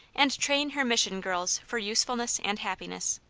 and train her mission girls for usefulness and happiness.